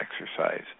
exercise